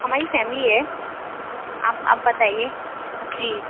ہماری فیملی ہے آپ آپ بتائیے جی